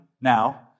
now